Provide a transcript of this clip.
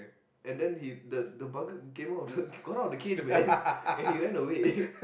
and then he the the bugger came out got out of the cage man and he ran away